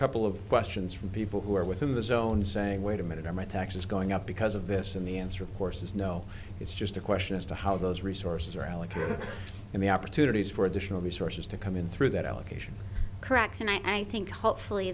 couple of questions from people who are within the zone saying wait a minute are my taxes going up because of this and the answer of course is no it's just a question as to how those resources are allocated and the opportunities for additional resources to come in through that allocation cracks and i think hopefully